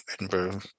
Edinburgh